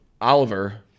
Oliver